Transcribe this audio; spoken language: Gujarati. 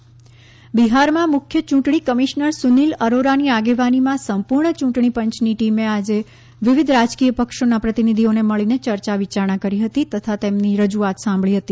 ચૂંટણી બિહાર બિહારમાં મુખ્ય ચૂંટણી કમિશનર સુનીલ અરોરાની આગેવાનીમાં સંપૂર્ણ યૂંટણી પંચની ટીમે આજે વિવિધ રાજકીય પક્ષોના પ્રતિનિધિઓને મળીને ચર્ચા વિયારણા કરી હતી તથા તેમની રજૂઆત સાંભળી હતી